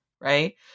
right